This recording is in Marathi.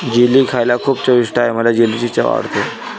जेली खायला खूप चविष्ट आहे मला जेलीची चव आवडते